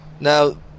Now